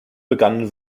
begannen